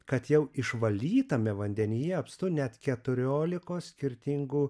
kad jau išvalytame vandenyje apstu net keturiolikos skirtingų